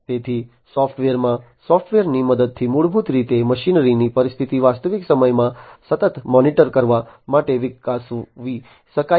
તેથી સૉફ્ટવેરમાં સૉફ્ટવેરની મદદથી મૂળભૂત રીતે વિવિધ મશીનરીની સ્થિતિને વાસ્તવિક સમયમાં સતત મોનિટર કરવા માટે વિકસાવી શકાય છે